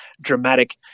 dramatic